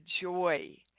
joy